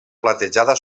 platejada